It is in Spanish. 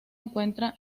encuentra